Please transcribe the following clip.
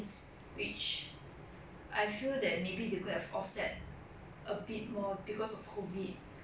not everyone's family can keep afloat during this time mah even though if even though government 有给钱这种东西